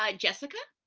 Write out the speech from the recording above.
ah jessica.